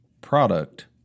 product